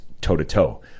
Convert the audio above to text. toe-to-toe